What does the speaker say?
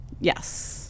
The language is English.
Yes